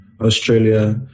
Australia